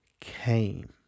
came